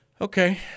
Okay